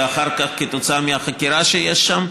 ואחר כך כתוצאה מהחקירה שיש שם.